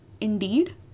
Indeed